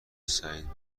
سعید